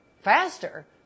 faster